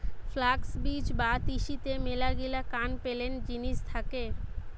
flux বীজ বা তিসিতে মেলাগিলা কান পেলেন জিনিস থাকে